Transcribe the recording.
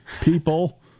People